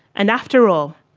and after all,